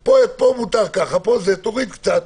פה מותר ככה, תוריד קצת.